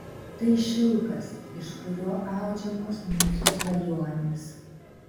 tai šilkas iš kurio audžiamos mūsų svajonės